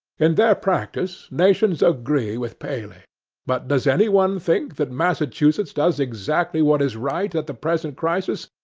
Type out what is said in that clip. in their practice, nations agree with paley but does anyone think that massachusetts does exactly what is right at the present crisis?